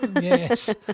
Yes